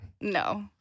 No